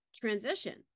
transition